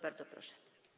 Bardzo proszę.